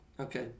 Okay